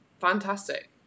fantastic